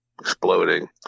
exploding